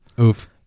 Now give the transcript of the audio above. oof